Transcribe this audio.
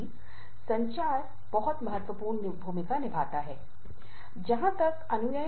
फिर कार्य संतुलन के कारणों और परिणामों पर जाएंगे